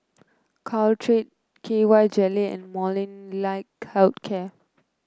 Caltrate K Y Jelly and Molnylcke Health Care